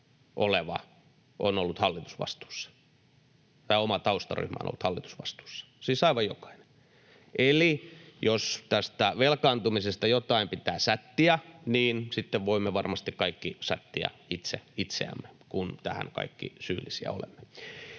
oleva on ollut hallitusvastuussa, tai oma taustaryhmä on ollut hallitusvastuussa, siis aivan jokainen. Eli jos tästä velkaantumisesta jotain pitää sättiä, niin sitten voimme varmasti kaikki sättiä itse itseämme, kun tähän kaikki syyllisiä olemme.